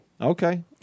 okay